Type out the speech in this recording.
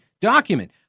document